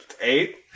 Eight